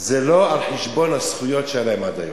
זה לא על חשבון הזכויות שהיו להן עד היום.